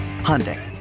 Hyundai